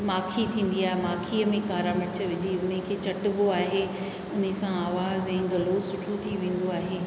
माखी थींदी आहे माखीअ में कारा मिर्च विझी उन खे चट बो आहे उन सां आवाज़ ऐं गलो सुठो थी वेंदो आहे